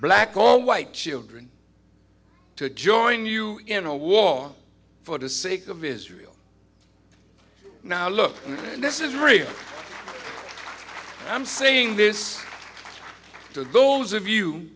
black or white children to join you in a war for the sake of israel now look this is real i'm saying this to those of you